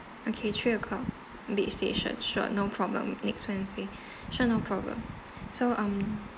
okay three o clock beach station sure no problem next wednesday sure no problem so um